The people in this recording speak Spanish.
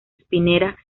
spinetta